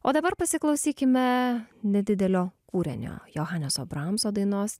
o dabar pasiklausykime nedidelio kūrinio johaneso bramso dainos